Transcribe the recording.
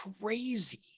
crazy